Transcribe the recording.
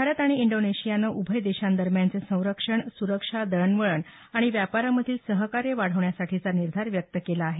भारत आणि इंडोनेशियानं उभय देशांदरम्यानचे संरक्षण सुरक्षा दळणवळण आणि व्यापारामधील सहकार्य वाढवण्यासाठीचा निर्धार व्यक्त केला आहे